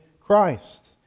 Christ